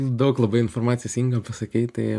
daug labai informacijos inga pasakei tai